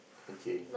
okay